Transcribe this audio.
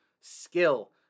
skill